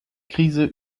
krise